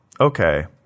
okay